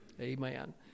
Amen